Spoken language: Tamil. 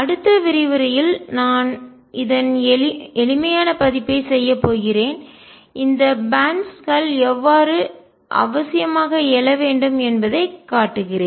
அடுத்த விரிவுரையில் நான் இதன் எளிமையான பதிப்பைச் செய்யப் போகிறேன் இந்த பேன்ட்ஸ் பட்டைகள் எவ்வாறு அவசியமாக எழ வேண்டும் என்பதைக் காட்டுகிறேன்